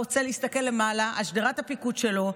רוצה להסתכל למעלה על שדרת הפיקוד שלו,